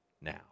now